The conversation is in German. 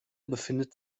befindet